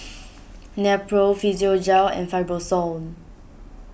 Nepro Physiogel and Fibrosol